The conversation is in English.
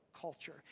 culture